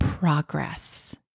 progress